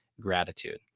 gratitude